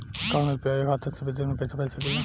का हम यू.पी.आई खाता से विदेश में पइसा भेज सकिला?